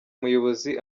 umuyobozi